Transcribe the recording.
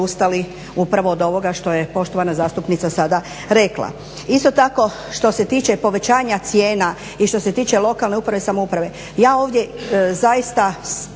odustali upravo od ovoga što je poštovana zastupnica sada rekla. Isto tako što se tiče povećanja cijena i što se tiče lokalne uprave i samouprave ja ovdje zaista neću